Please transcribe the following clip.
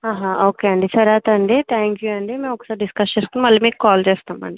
అహ ఓకే అండి సరే అయితే అండి థ్యాంక్ యూ అండి మేము ఒకసారి డిస్కస్ చేసుకొని మళ్ళి మీకు కాల్ చేస్తాం అండి